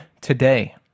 today